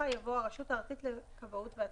יבוא "הרשות הארצית לכבאות והצלה".